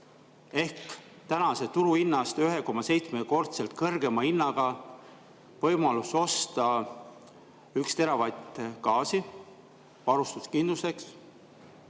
on tänasest turuhinnast 1,7-korda kõrgema hinnaga võimalus osta 1 teravatt gaasi varustuskindluseks.